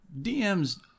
DMs